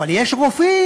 אבל יש רופאים,